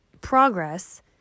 progress